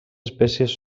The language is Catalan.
espècies